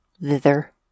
Thither